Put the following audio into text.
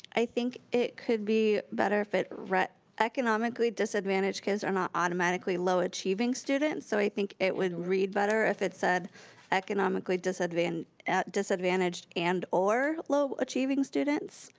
i think it could be better if it read economically disadvantaged kids are not automatically low achieving students so i think it would read better if it said economically disadvantaged disadvantaged and or low achieving students.